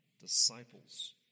disciples